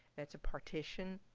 that's a partition